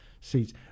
seats